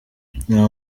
nta